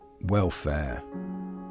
welfare